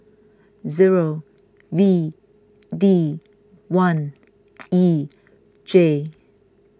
zero V D one E J